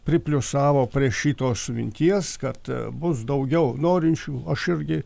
pripliuosavo prie šitos minties kad bus daugiau norinčių aš irgi